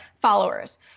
followers